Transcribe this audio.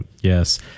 Yes